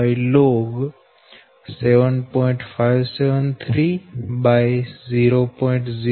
0242log 7